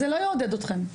זה לא יעודד אתכם,